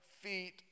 feet